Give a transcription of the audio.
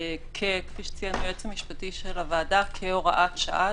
כפי שציין היועץ המשפטי של הוועדה, כהוראת שעה.